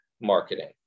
marketing